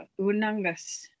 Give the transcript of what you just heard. Unangas